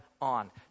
on